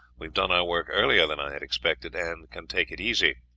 we have done our work earlier than i had expected, and can take it easy.